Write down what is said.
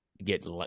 get